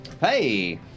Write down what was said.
Hey